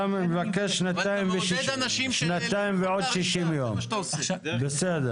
אתה מבקש שנתיים ועוד 60 יום, בסדר.